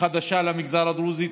חדשה למגזר הדרוזי,